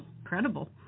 incredible